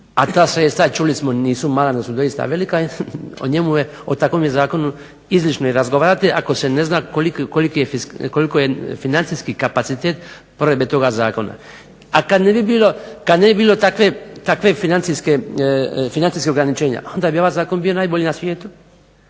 a ta sredstva čuli smo nisu mala nego su dosita velika. O takvu je zakonu izlično i razgovarati ako se ne zna koliki je financijski kapacitet provedbe toga zakona. A kada ne bi bilo takve financijskog ograničenja, onda bi ovaj zakon bio najbolji na svijetu,